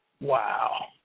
Wow